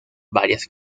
varias